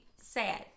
sad